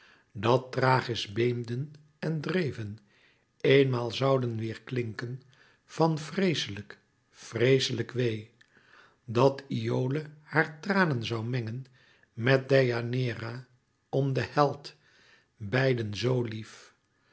dat thrachis beemden en dreven eenmaal zouden weêrklinken van vreeslijk vreeslijk wee dat iole hare tranen zoû mengen met deianeira om den held beiden zoo lief